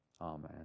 Amen